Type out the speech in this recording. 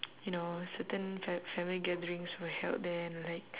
you know certain fa~ family gatherings were held there and like